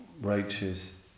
righteous